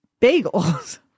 bagels